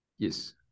Yes